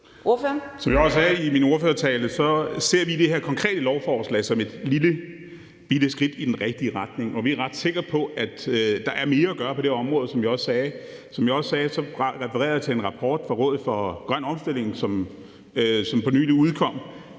(SF): Som jeg også sagde i min ordførertale, ser vi det her konkrete lovforslag som et lillebitte skridt i den rigtige retning, og vi er ret sikre på, at der er mere at gøre på det område. Som jeg også sagde – og jeg refererede til en rapport fra Rådet for Grøn Omstilling, som for nylig udkom